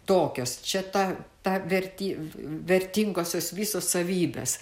tokios čia ta ta verty vertingosios visos savybės